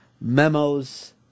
memos